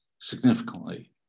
significantly